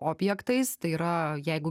objektais tai yra jeigu